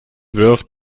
wirft